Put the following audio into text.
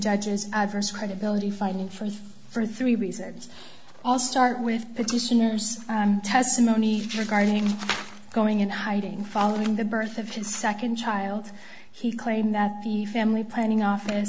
judges adverse credibility fighting for for three reasons all start with petitioners testimony regarding going into hiding following the birth of his second child he claimed that the family planning